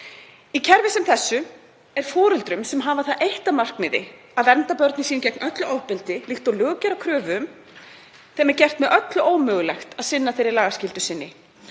Í kerfi sem þessu er foreldrum, sem hafa það eitt að markmiði að vernda börnin sín gegn öllu ofbeldi, líkt og lög gera kröfu um, gert með öllu ómögulegt að sinna þeirri lagaskyldu sinni.